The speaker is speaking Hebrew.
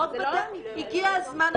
הגיע הזמן,